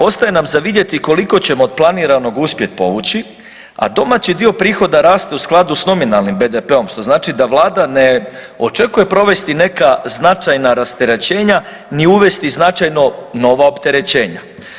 Ostaje nam za vidjeti koliko ćemo od planiranog uspjet povući, a domaći dio prihoda raste u skladu s nominalnim BDP-om, što znači da vlada ne očekuje provesti neka značajna rasterećenja ni uvesti značajno nova opterećenja.